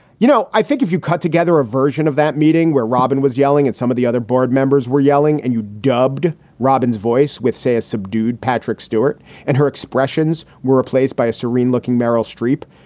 you know, i think if you cut together a version of that meeting where robin was yelling at some of the other board members were yelling, and you dubbed robin's voice with, say, a subdued patrick stewart and her expressions were replaced by a serene looking meryl streep.